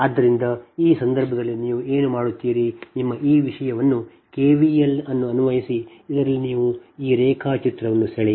ಆದ್ದರಿಂದ ಈ ಸಂದರ್ಭದಲ್ಲಿ ನೀವು ಏನು ಮಾಡುತ್ತೀರಿ ನಿಮ್ಮ ಈ ವಿಷಯವನ್ನು ಕೆವಿಎಲ್ ಅನ್ನು ಅನ್ವಯಿಸಿ ಇದರಲ್ಲಿ ನೀವು ಈ ರೇಖಾಚಿತ್ರವನ್ನು ಸೆಳೆಯಿರಿ